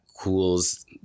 cools